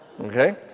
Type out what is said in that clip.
Okay